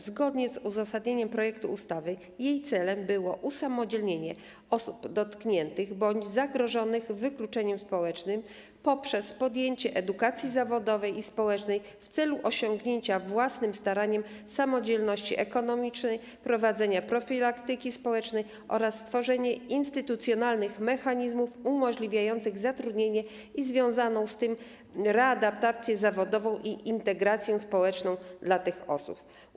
Zgodnie z uzasadnieniem projektu ustawy jej celem było usamodzielnienie osób dotkniętych bądź zagrożonych wykluczeniem społecznym poprzez podjęcie edukacji zawodowej i społecznej w celu osiągnięcia własnym staraniem samodzielności ekonomicznej, prowadzenie profilaktyki społecznej oraz stworzenie instytucjonalnych mechanizmów umożliwiających zatrudnienie i związaną z tym readaptację zawodową i integrację społeczną dla tych osób.